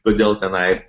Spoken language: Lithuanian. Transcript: todėl tenai